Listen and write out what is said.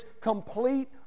complete